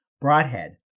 Broadhead